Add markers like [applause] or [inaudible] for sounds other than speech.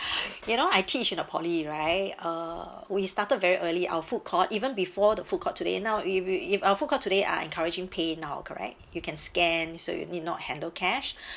[breath] you know I teach in a poly right uh we started very early our foodcourt even before the foodcourt today now if you if our foodcourt today are encouraging paynow correct you can scan so you need not handle cash